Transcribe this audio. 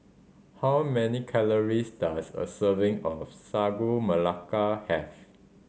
how many calories does a serving of Sagu Melaka have